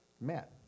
Matt